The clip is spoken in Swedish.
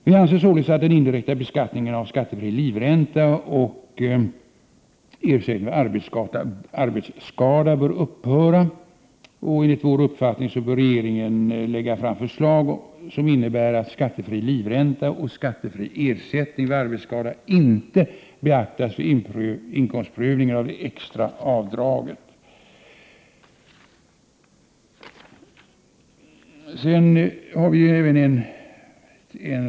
Vi anser således att den indirekta beskattningen av skattefri livränta och ersättning vid arbetsskada bör upphöra. Enligt vår uppfattning bör regeringen lägga fram förslag, som innebär att skattefri livränta och skattefri ersättning vid arbetsskada inte beaktas vid inkomstprövningen av det extra avdraget.